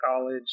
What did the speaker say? college